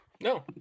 No